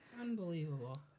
Unbelievable